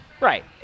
Right